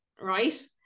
Right